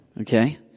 okay